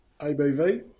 ABV